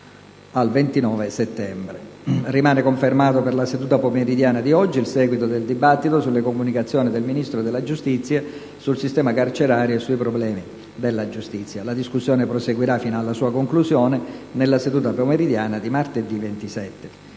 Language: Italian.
al 29 settembre. Rimane confermato per la seduta pomeridiana di oggi il seguito del dibattito sulle comunicazioni del Ministro della giustizia sul sistema carcerario e sui problemi della giustizia. La discussione proseguirà, fino alla sua conclusione, nella seduta pomeridiana di martedì 27.